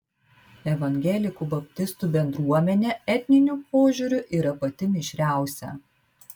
evangelikų baptistų bendruomenė etniniu požiūriu yra pati mišriausia